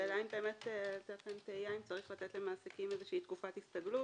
השאלה באמת אם צריך לתת למעסיקים איזושהי תקופת הסתגלות.